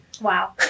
wow